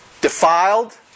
defiled